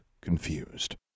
confused